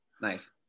Nice